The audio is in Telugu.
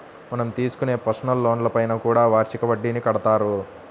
మనం తీసుకునే పర్సనల్ లోన్లపైన కూడా వార్షిక వడ్డీని కడతారు